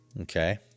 Okay